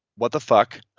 what the fuck,